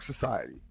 society